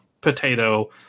potato